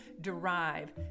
derive